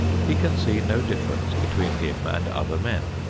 he can see no difference between him and other men.